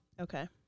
Okay